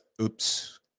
oops